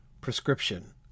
prescription